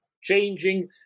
changing